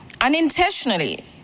unintentionally